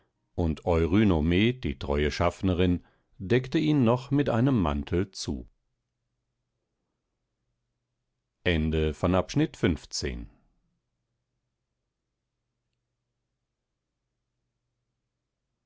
und eurynome die treue schaffnerin deckte ihn noch mit einem mantel zu